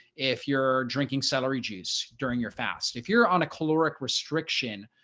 if you're drinking celery juice during your fast if you're on a caloric restriction.